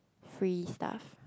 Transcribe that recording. free stuff